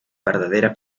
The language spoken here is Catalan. verdadera